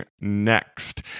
next